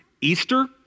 Easter